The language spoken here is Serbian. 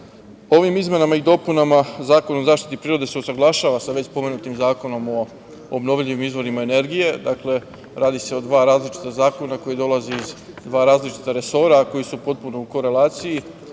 izmenama i dopunama Zakona o zaštiti prirode se usaglašava sa već pomenutim Zakonom o obnovljivim izvorima energije. Dakle, radi se o dva različita zakona koji dolaze iz dva različita resora, a koji su potpuno u koleraciji.